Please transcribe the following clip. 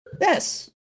Yes